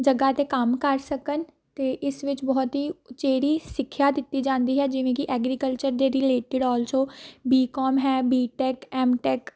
ਜਗ੍ਹਾ 'ਤੇ ਕੰਮ ਕਰ ਸਕਣ ਅਤੇ ਇਸ ਵਿੱਚ ਬਹੁਤ ਹੀ ਉਚੇਰੀ ਸਿੱਖਿਆ ਦਿੱਤੀ ਜਾਂਦੀ ਹੈ ਜਿਵੇਂ ਕਿ ਐਗਰੀਕਲਚਰ ਦੇ ਰਿਲੇਟਿਡ ਆਲਸੋ ਬੀ ਕੋਮ ਹੈ ਬੀ ਟੈਕ ਐੱਮ ਟੈਕ